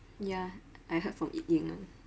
ya I heard from yip ying [one]